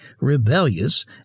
rebellious